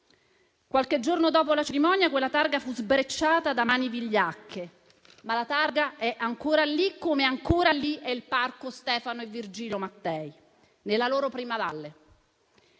Qualche giorno dopo la cerimonia, quella targa fu sbrecciata da mani vigliacche, ma è ancora lì, come ancora lì è il parco Stefano e Virgilio Mattei, nella loro Primavalle.